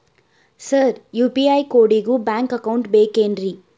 Sir UPI ಕೋಡಿಗೂ bank account ಬೇಕೆನ್ರಿ?